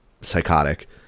psychotic